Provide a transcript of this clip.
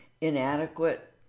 inadequate